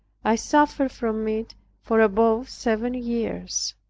i suffered from it for above seven years.